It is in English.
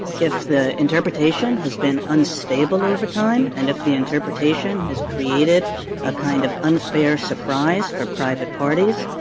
if the interpretation has been unstable over time and if the interpretation has created a kind of unfair surprise for private parties,